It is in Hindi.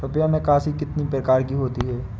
रुपया निकासी कितनी प्रकार की होती है?